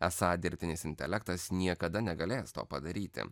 esą dirbtinis intelektas niekada negalės to padaryti